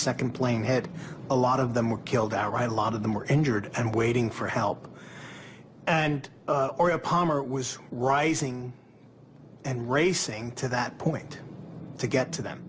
second plane had a lot of them were killed outright a lot of them were injured and waiting for help and palmer was rising and racing to that point to get to them